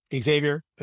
Xavier